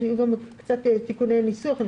אולי יהיו קצת תיקוני ניסוח.